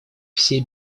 все